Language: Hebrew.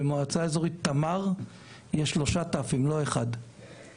במועצה האזורית תמר יש שלוש ת' : "תושבים,